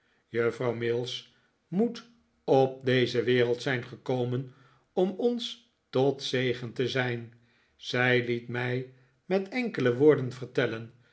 juffrouw mills moet op deze wereld zijn gekomen omons tot zegen te zijn zij liet mij met enkele woorden vertellen